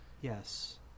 Yes